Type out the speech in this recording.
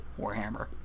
Warhammer